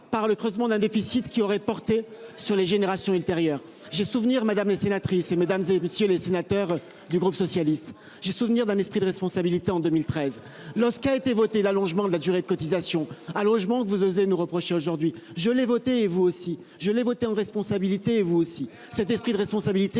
par le creusement d'un déficit qui aurait porté sur les générations ultérieures. J'ai souvenir madame la sénatrice, mesdames et messieurs les sénateurs du groupe socialiste. J'ai souvenir d'un esprit de responsabilité en 2013 lorsqu'il a été voté l'allongement de la durée de cotisation, allongement que vous osez nous reprocher aujourd'hui je l'ai voté et vous aussi je l'ai voté en responsabilité vous aussi cet esprit de responsabilité